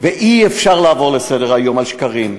ואי-אפשר לעבור לסדר-היום על שקרים.